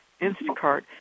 Instacart